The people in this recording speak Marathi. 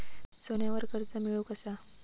सोन्यावर कर्ज मिळवू कसा?